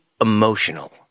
emotional